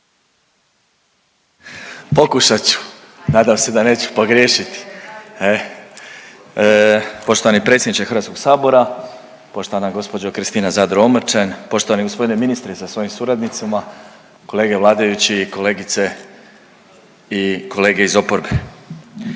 Pokušat ću, nadam se da neću pogriješiti, e. Poštovani predsjedniče HS, poštovana gđo. Kristina Zadro Omrčen, poštovani g. ministre sa svojim suradnicima, kolege vladajući i kolegice i kolege iz oporbe.